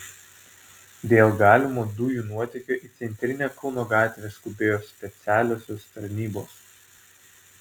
dėl galimo dujų nuotėkio į centrinę kauno gatvę skubėjo specialiosios tarnybos